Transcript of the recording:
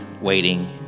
waiting